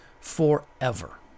forever